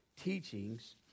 teachings